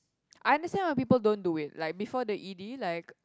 I understand of people don't do it like before the E_D like